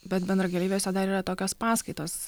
bet bendrakeleiviuose dar yra tokios paskaitos